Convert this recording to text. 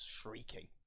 shrieking